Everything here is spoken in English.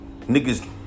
niggas